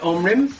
Omrim